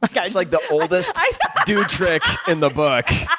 like that's like the oldest dude trick in the book.